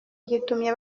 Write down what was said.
gitumye